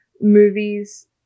movies